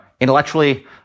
intellectually